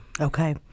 Okay